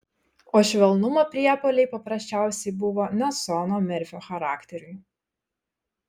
o švelnumo priepuoliai paprasčiausiai buvo ne sono merfio charakteriui